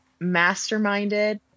masterminded